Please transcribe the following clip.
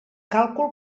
càlcul